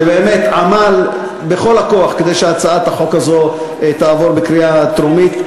שבאמת עמל בכל הכוח כדי שהצעת החוק הזאת תעבור בקריאה טרומית,